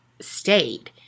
state